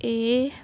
ਇਹ